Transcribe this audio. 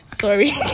sorry